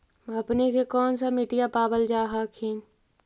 अपने के कौन सा मिट्टीया पाबल जा हखिन?